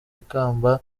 ikamba